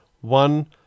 One